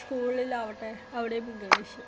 സ്കൂളിലാവട്ടെ അവിടേയും ഇംഗ്ലീഷ്